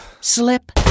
Slip